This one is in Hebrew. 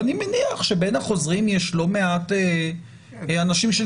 ואני מניח שבין החוזרים יש לא מעט אנשים של